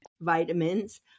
vitamins